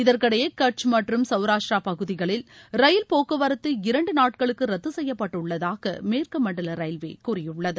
இதற்கிடையே கட்ச் மற்றும் சவராஷ்டிரா பகுதிகளில் ரயில் போக்குவரத்து இரண்டு நாட்களுக்கு ரத்து செய்யப்பட்டுள்ளதாக மேற்கு மண்டல ரயில்வே கூறியுள்ளது